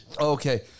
Okay